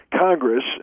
Congress